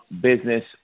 business